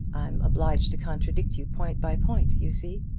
i'm obliged to contradict you, point by point you see.